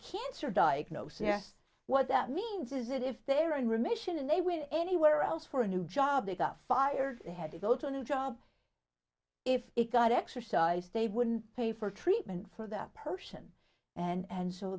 cancer diagnosis yes what that means is if they were in remission and they went anywhere else for a new job they got fired they had to go to a new job if it got exercise they wouldn't pay for treatment for that person and